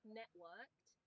networked